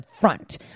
front